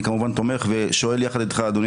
אני כמובן תומך ושואל יחד איתך אדוני